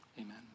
Amen